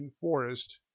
forest